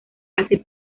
hace